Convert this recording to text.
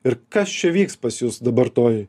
ir kas čia vyks pas jus dabar toj